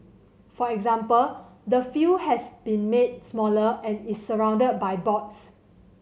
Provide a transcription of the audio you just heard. for example the field has been made smaller and is surrounded by boards